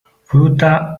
fruta